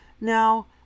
now